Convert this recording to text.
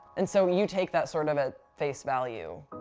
and so when you take that sort of at face value.